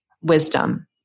wisdom